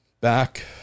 back